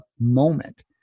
moment